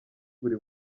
buri